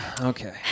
okay